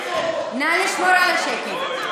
נא לשמור על השקט.